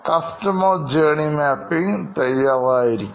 customer journey മാപ്പിംഗ്തയ്യാറായിരിക്കുന്നു